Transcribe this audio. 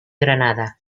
granada